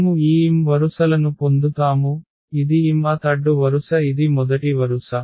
మనము ఈ m వరుసలను పొందుతాము ఇది mth అడ్డు వరుస ఇది మొదటి వరుస